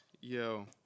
Yo